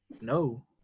No